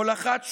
הולכת שולל,